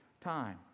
time